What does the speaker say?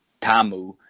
Tamu